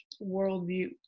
worldview